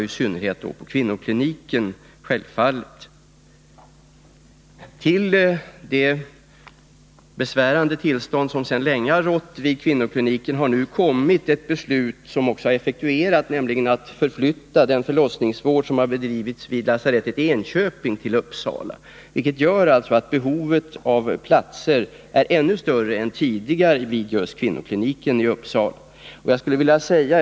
I synnerhet gäller detta självfallet kvinnokliniken. Till det besvärande tillstånd som sedan länge har rått vid kvinnokliniken har nu kommit att man fattat ett beslut, som också har effektuerats, om att förflytta den förlossningsvård som har bedrivits vid lasarettet i Enköping till Uppsala, vilket gör att behovet av platser vid kvinnokliniken i Uppsala nu är ännu större än tidigare.